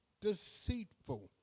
deceitful